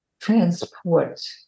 transport